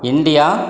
India